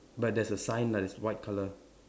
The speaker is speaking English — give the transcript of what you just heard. but there's a sign lah that's white colour